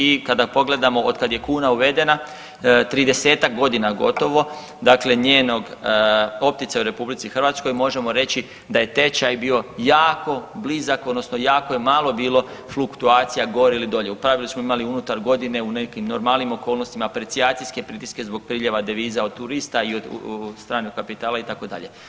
I kada pogledamo otkad je kuna uvedena 30-tak godina gotovo dakle njenog opticaja u RH možemo reći da je tečaj bio jako blizak odnosno jako je malo bilo fluktuacija gore ili dolje, u pravilu smo imali unutar godine u nekim normalnim okolnostima aprecijacijske pritiske zbog priljeva deviza od turista i od stranog kapitala itd.